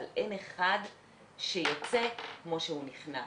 אבל אין אחד שייצא כמו שהוא נכנס,